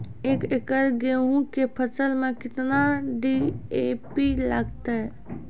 एक एकरऽ गेहूँ के फसल मे केतना डी.ए.पी लगतै?